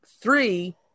three